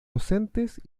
docentes